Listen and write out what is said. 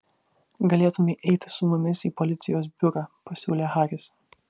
galėtumei eiti su mumis į policijos biurą pasiūlė haris